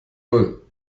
null